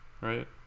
right